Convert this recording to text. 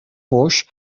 foix